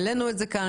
העלינו את זה כאן.